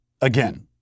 Again